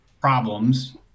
problems